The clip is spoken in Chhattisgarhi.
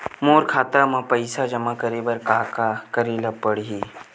मोर खाता म पईसा जमा करे बर का का करे ल पड़हि?